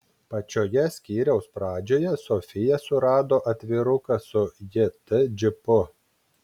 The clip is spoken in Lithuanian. pačioje skyriaus pradžioje sofija surado atviruką su jt džipu